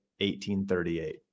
1838